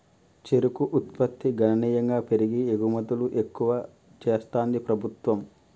చెరుకు ఉత్పత్తి గణనీయంగా పెరిగి ఎగుమతులు ఎక్కువ చెస్తాంది ప్రభుత్వం